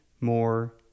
more